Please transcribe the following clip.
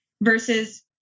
Versus